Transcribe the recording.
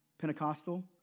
Pentecostal